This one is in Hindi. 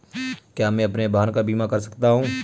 क्या मैं अपने वाहन का बीमा कर सकता हूँ?